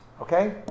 Okay